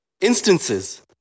Instances